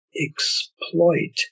exploit